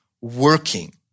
working